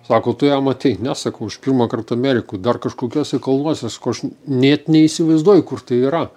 sako tu ją matei ne sakau aš pirmą kartą amerikoj dar kažkokiuose kalnuose sakau aš net neįsivaizduoju kur tai yra